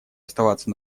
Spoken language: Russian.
оставаться